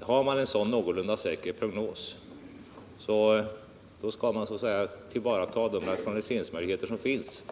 Har man en sådan någorlunda säker prognos, skall man så snabbt som möjligt tillvarata de rationaliseringsmöjligheter som finns.